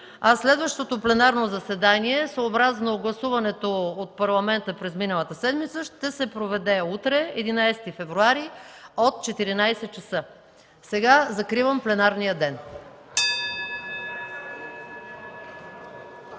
Следващото пленарно заседание съобразно гласуваното от Парламента през миналата седмица ще се проведе утре – 11 февруари, от 14,00 ч. Сега закривам пленарния ден.